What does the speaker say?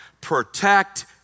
Protect